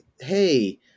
Hey